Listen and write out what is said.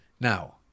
Now